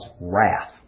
wrath